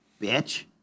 bitch